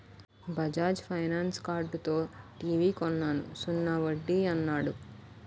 Bajaj finance కార్డుతో TV కొన్నాను సున్నా వడ్డీ యన్నాడు